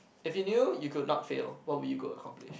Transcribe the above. if you knew you would not fail what would you go accomplish